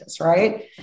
right